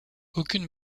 aucune